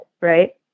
right